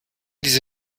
diese